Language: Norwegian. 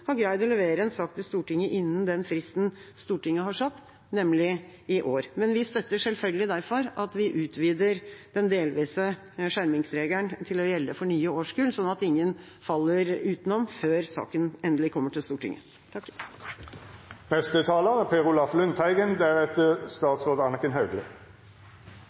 har greid å levere en sak til Stortinget innen den fristen Stortinget har satt, nemlig i år. Men vi støtter derfor selvfølgelig å utvide den delvise skjermingsregelen til å gjelde for nye årskull, slik at ingen faller utenom før saken endelig kommer til Stortinget.